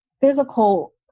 physical